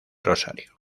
rosario